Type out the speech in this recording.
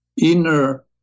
inner